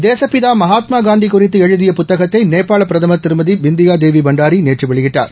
தேசப்பிதா மகாத்மாகாந்தி குறித்து எழுதிய புத்தகத்தை நேபாள பிரதமர் திருமதி பிந்தியா தேவி பண்டாரி நேற்று வெளியிட்டார்